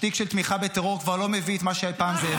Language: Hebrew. השטיק של תמיכה בטרור כבר לא מביא את מה שהוא הביא פעם.